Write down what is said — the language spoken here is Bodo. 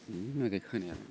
नायलाय खोनायानो